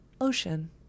Ocean